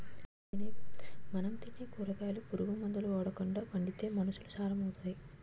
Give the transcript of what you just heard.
మనం తినే కూరగాయలను పురుగు మందులు ఓడకండా పండిత్తే మనుసులు సారం అవుతారు